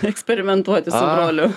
eksperimentuoti su broliu